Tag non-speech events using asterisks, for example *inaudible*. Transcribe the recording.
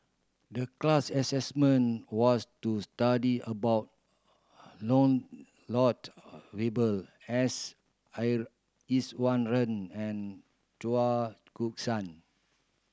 the class assessment was to study about *unintelligible* Valberg S I Iswaran and Chao *unintelligible* San